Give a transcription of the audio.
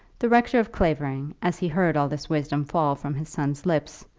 the rector of clavering, as he heard all this wisdom fall from his son's lips,